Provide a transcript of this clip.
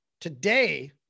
today